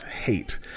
hate